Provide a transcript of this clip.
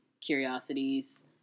curiosities